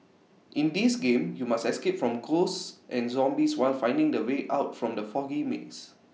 in this game you must escape from ghosts and zombies while finding the way out from the foggy maze